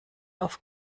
auf